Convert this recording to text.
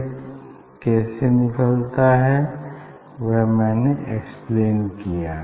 यह कैसे निकलना है वह मैंने एक्सप्लेन किया